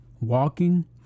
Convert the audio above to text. walking